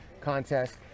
contest